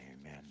amen